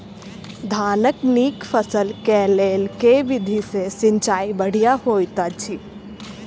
धानक नीक फसल केँ लेल केँ विधि सँ सिंचाई बढ़िया होइत अछि?